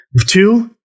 Two